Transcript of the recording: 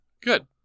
Good